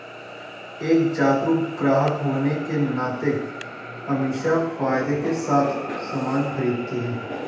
एक जागरूक ग्राहक होने के नाते अमीषा फायदे के साथ सामान खरीदती है